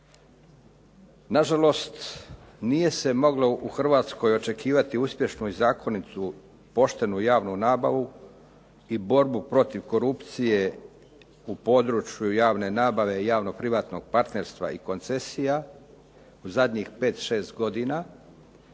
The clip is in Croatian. Na žalost nije se moglo u Hrvatskoj očekivati uspješnu i zakonitu poštenu javnu nabavu i borbu protiv korupcije u području javne nabave, javno privatnog partnerstva i koncesija u zadnjih 5, 6 godina